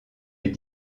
est